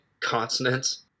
consonants